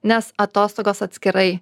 nes atostogos atskirai